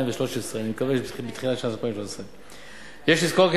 אני מקווה בתחילת שנת 2013. יש לזכור כי